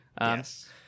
Yes